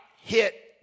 hit